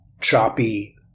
choppy